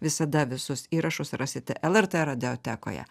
visada visus įrašus rasite lrt radiotekoje